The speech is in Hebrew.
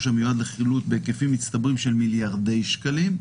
המיועד לחילוט בהיקפים מצטברים של מיליארדי שקלים,